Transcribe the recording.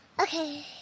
Okay